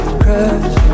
crash